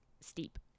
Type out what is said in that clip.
steep